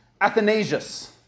Athanasius